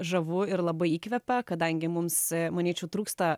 žavu ir labai įkvepia kadangi mums manyčiau trūksta